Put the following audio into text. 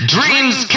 Dreams